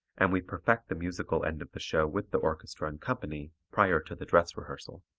and we perfect the musical end of the show with the orchestra and company prior to the dress rehearsal.